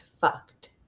fucked